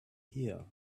here